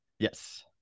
Yes